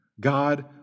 God